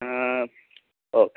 okay